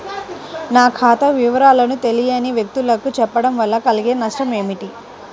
నా ఖాతా వివరాలను తెలియని వ్యక్తులకు చెప్పడం వల్ల కలిగే నష్టమేంటి?